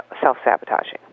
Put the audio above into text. self-sabotaging